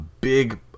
Big